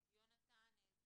יונתן.